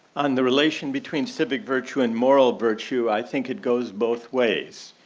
on the relation between civic virtue and moral virtue, i think it goes both ways.